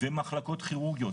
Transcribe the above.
ומחלקות כירורגיות,